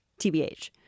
TBH